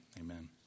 amen